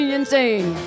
insane